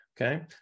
Okay